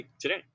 today